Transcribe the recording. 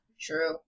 True